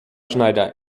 schneider